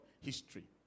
history